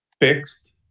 fixed